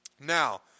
now